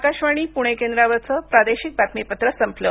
आकाशवाणी पणे केंद्रावरचं प्रादेशिक बातमीपत्र संपलं